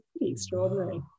extraordinary